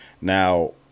Now